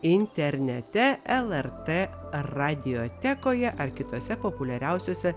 internete lrt radiotekoje ar kitose populiariausiose